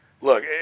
look